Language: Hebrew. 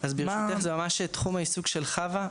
ברשותך, זה ממש תחום העיסוק של חוה.